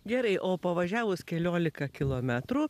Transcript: gerai o pavažiavus keliolika kilometrų